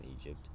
Egypt